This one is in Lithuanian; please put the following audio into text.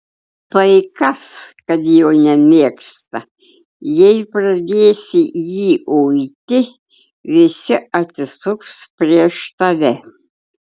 tai kas kad jo nemėgsta jei pradėsi jį uiti visi atsisuks prieš tave